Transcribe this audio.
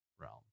realm